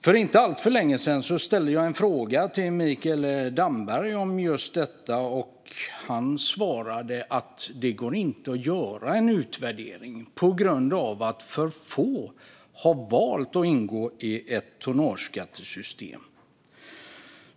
För inte alltför länge sedan ställde jag en fråga till Mikael Damberg om just detta, och han svarade att det inte går att göra en utvärdering på grund av att för få har valt att ingå i ett tonnageskattesystem.